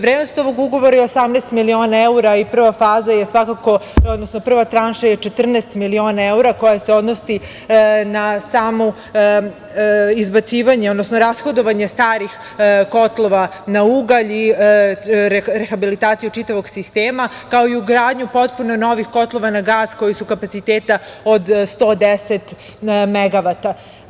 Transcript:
Vrednost ovog ugovora je 18 miliona evra i prva tranša je 14 miliona evra, koja se odnosi na izbacivanje, odnosno rashodovanje starih kotlova na ugalj i rehabilitaciju čitavog sistema, kao i ugradnju potpuno novih kotlova na gas koji su kapaciteta od 110 megavata.